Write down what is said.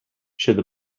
should